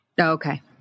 Okay